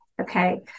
Okay